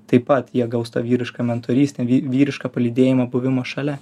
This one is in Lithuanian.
taip pat jie gaus tą vyrišką mentorystę vyrišką palydėjimą buvimo šalia